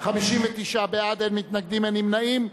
59 בעד, אין מתנגדים, אין נמנעים.